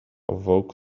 awoke